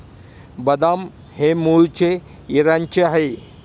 बदाम हे मूळचे इराणचे आहे